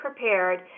prepared